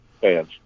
fans